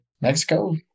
Mexico